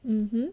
mmhmm